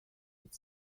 with